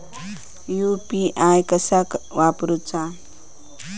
UPI कसा वापरूचा?